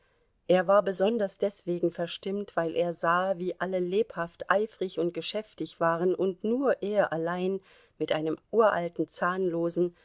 er war besonders deswegen verstimmt weil er sah wie alle lebhaft eifrig und geschäftig waren und nur er allein mit einem uralten zahnlosen